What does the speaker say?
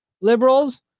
liberals